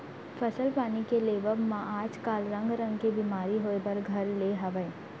फसल पानी के लेवब म आज काल रंग रंग के बेमारी होय बर घर ले हवय